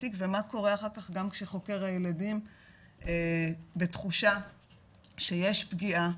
התיק ומה קורה אחר כך גם כשחוקר הילדים בתחושה שיש פגיעה,